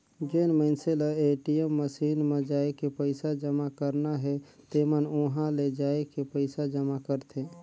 जेन मइनसे ल ए.टी.एम मसीन म जायके पइसा जमा करना हे तेमन उंहा ले जायके पइसा जमा करथे